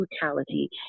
brutality